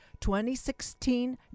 2016